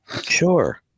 Sure